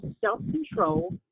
self-control